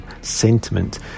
sentiment